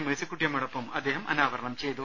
മെഴ്സിക്കുട്ടിയമ്മയോടൊപ്പം അദ്ദേഹം അനാവരണം ചെയ്തു